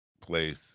place